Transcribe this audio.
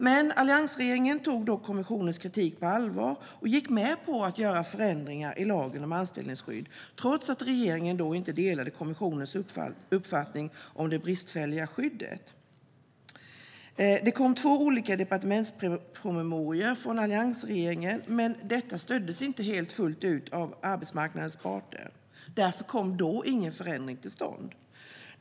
Men alliansregeringen tog kommissionens kritik på allvar och gick med på att göra förändringar i lagen om anställningsskydd, trots att regeringen inte delade kommissionens uppfattning om det bristfälliga skyddet. Det kom två olika departementspromemorior från alliansregeringen, men de stöddes inte helt fullt av arbetsmarknadens parter. Därför kom då ingen förändring till stånd.